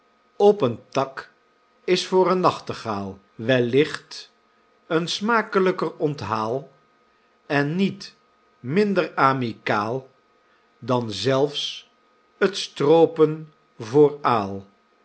op een tak is voor een nachtegaal de schoolmeester de gedichten van den schoolmeester wellicht een smakelijker onthaal en niet minder amicaal dan zelfs t stroopen voor